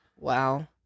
Wow